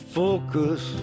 focus